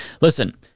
listen